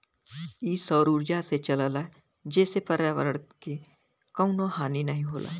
इ सौर उर्जा से चलला जेसे पर्यावरण के कउनो हानि नाही होला